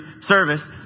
service